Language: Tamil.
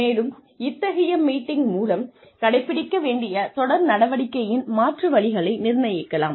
மேலும் இத்தகைய மீட்டிங் மூலம் கடைப்பிடிக்க வேண்டிய தொடர் நடவடிக்கையின் மாற்று வழிகளை நிர்ணயிக்கலாம்